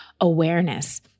awareness